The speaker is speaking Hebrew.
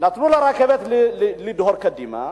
נתנו לרכבת לדהור קדימה,